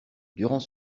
durant